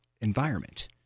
environment